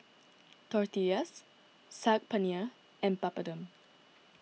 Tortillas Saag Paneer and Papadum